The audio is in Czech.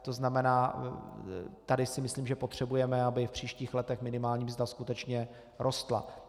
To znamená, tady si myslím, že potřebujeme, aby v příštích letech minimální mzda skutečně rostla.